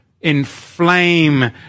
Inflame